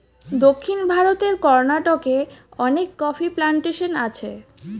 দক্ষিণ ভারতের কর্ণাটকে অনেক কফি প্ল্যান্টেশন আছে